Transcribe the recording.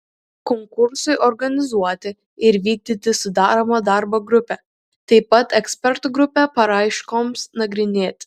konkursui organizuoti ir vykdyti sudaroma darbo grupė taip pat ekspertų grupė paraiškoms nagrinėti